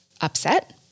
upset